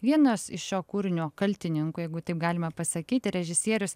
vienas iš šio kūrinio kaltininkų jeigu taip galima pasakyti režisierius